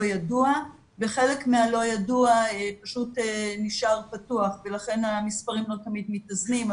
ידוע' וחלק מה'לא ידוע' פשוט נשאר פתוח ולכן המספרים לא תמיד מתאזנים,